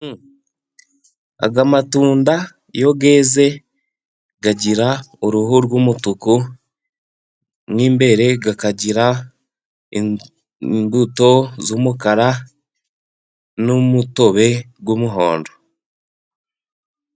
Aya matunda, iyo yeze, agira uruhu rw’umutuku. Mo imbere, agira imbuto z’umukara n’umutobe w’umuhondo.